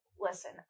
Listen